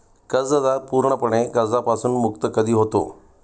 कर्जदार पूर्णपणे कर्जापासून मुक्त कधी होतो?